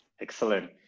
Excellent